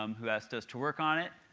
um who asked us to work on it.